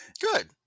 Good